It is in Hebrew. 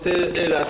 אני רוצה להזכיר,